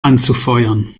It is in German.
anzufeuern